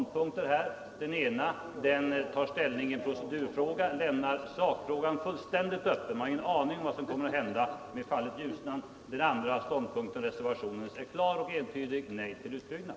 Det ena tar ställning i procedurfrågan och lämnar sakfrågan fullständigt öppen — man har ingen aning om vad som kommer att hända med Ljusnan — det andra, reservationen, är klart entydig: nej till utbyggnad.